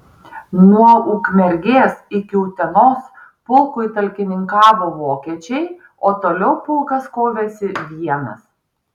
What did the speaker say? nuo ukmergės iki utenos pulkui talkininkavo vokiečiai o toliau pulkas kovėsi vienas